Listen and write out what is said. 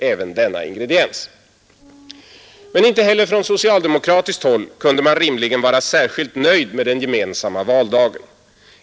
Men inte heller från socialdemokratiskt håll kunde man rimligen vara särskilt nöjd med den gemensamma valdagen.